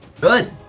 Good